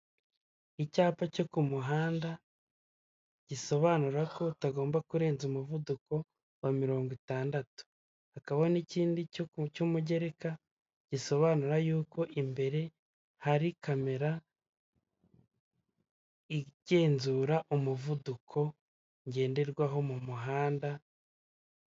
Icyapa cyo ku muhanda gisobanura ko utagomba kurenza umuvuduko wa mirongo itandatu. Hakaba n'ikindi cy'umugereka gisobanura y'uko imbere hari kamera, igenzura umuvuduko ngenderwaho mu muhanda,...